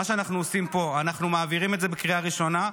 מה שאנחנו עושים פה הוא שאנחנו מעבירים את זה בקריאה ראשונה.